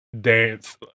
dance